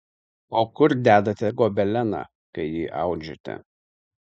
o kur dedate gobeleną kai jį audžiate